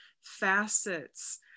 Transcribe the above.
facets